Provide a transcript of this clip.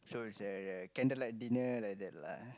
so is there there candlelight dinner like that lah